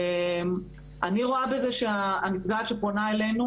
אני רואה בזה שהנפגעת שפונה אלינו